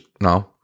No